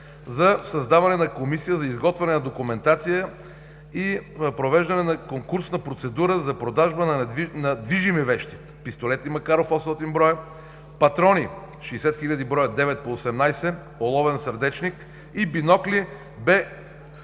за създаване на комисия за изготвяне на документация и провеждане на конкурсна процедура за продажба на движими вещи: пистолети „Макаров“ – 800 броя, патрони – 60 хиляди броя 9х18, оловен сърдечник, и бинокли Б8х30